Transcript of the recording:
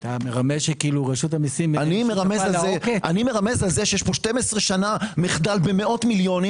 אני מרמז על זה שיש פה 12 שנה מחדל במאות מיליונים